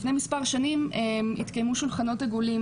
לפני מספר שנים התקיימו שולחנות עגולים